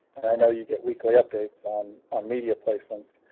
and i know you get weekly updates on on media placements